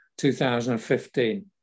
2015